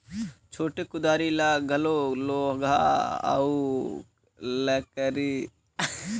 छोटे कुदारी ल घलो लोहा अउ लकरी ल मेराए के बनाल जाथे